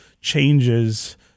changes